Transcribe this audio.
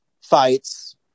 fights